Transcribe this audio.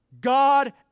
God